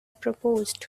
proposed